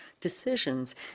decisions